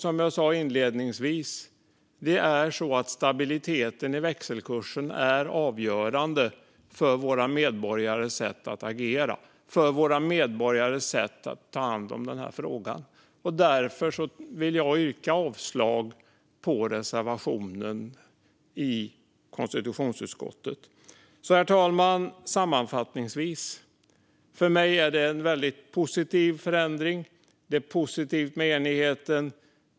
Som jag sa inledningsvis är stabiliteten i växelkursen avgörande för våra medborgares sätt att agera och ta hand om den här frågan. Därför vill jag yrka avslag på reservationen i konstitutionsutskottets betänkande. Sammanfattningsvis, herr talman: För mig är detta en väldigt positiv förändring. Det är positivt med enigheten.